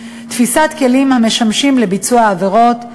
תפיסת כלים המשמשים לביצוע העבירות,